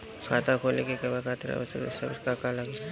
खाता खोले के कहवा खातिर आवश्यक दस्तावेज का का लगी?